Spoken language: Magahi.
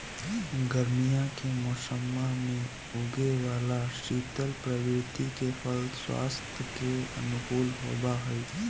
गर्मीया के मौसम्मा में उगे वाला शीतल प्रवृत्ति के फल स्वास्थ्य के अनुकूल होबा हई